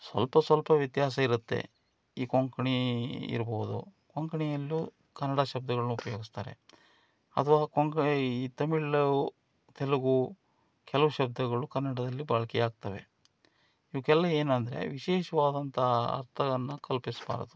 ಸ್ವಲ್ಪ ಸ್ವಲ್ಪ ವ್ಯತ್ಯಾಸ ಇರತ್ತೆ ಈ ಕೊಂಕಣಿ ಇರಬಹುದು ಕೊಂಕಣಿಯಲ್ಲೂ ಕನ್ನಡ ಶಬ್ದಗಳ್ನ ಉಪ್ಯೋಗಿಸ್ತಾರೆ ಅಥವಾ ಕೊಂಕ ಈ ತಮಿಳ್ ತೆಲುಗು ಕೆಲವು ಶಬ್ದಗಳು ಕನ್ನಡದಲ್ಲಿ ಬಳಕೆಯಾಗ್ತವೆ ಇವಕ್ಕೆಲ್ಲ ಏನು ಅಂದರೆ ವಿಶೇಷವಾದಂಥ ಅರ್ಥವನ್ನು ಕಲ್ಪಿಸಬಾರ್ದು